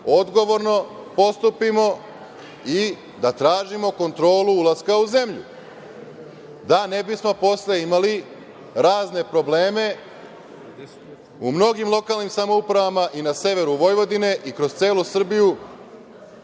odgovorno postupimo i da tražimo kontrolu ulaska u zemlju, da ne bismo posle imali razne probleme. U mnogim lokalnim samoupravama i na severu Vojvodine i kroz celu Srbiju